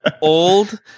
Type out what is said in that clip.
old